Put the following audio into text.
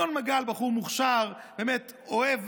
ינון מגל בחור מוכשר, באמת אוהב